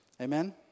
Amen